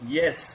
yes